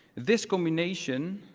this combination